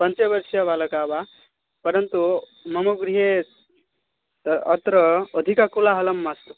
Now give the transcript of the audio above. पञ्चवर्षीयबालकः वा परन्तु मम गृहे अत्र अधिककोलाहलः मास्तु